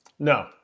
No